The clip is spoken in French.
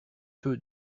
peu